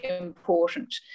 important